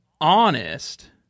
honest